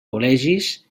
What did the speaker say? col·legis